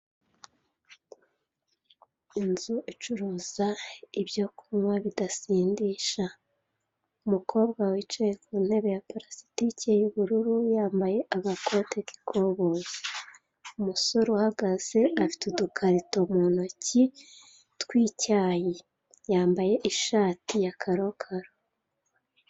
Inzu icuruza ibyo kunywa bidasindisha, umukobwa wicaye ku ntebe ya purasitike y'ubururu yambaye agakote k'ikoboyi, umusore uhagaze afite udukarito mu ntoki tw'icyayi yambaye ishati ya karokaro.